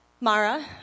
Mara